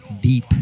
Deep